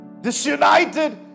disunited